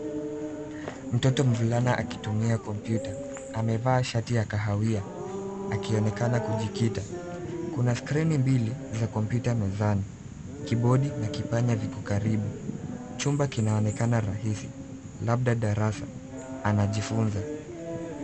Mtoto mvulana akitumia kompyuta. Amevaa shati ya kahawia akionekana kujikita. Kuna skrini mbili za kompyuta mezani . Kibodi na vipanya viko karibu. Chumba kinaonekana rahisi, labda darasa. Anajifunza.